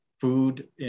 food